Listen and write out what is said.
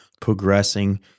progressing